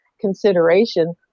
consideration